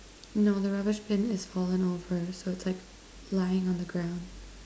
no the rubbish bin is fallen over so it's like lying on the ground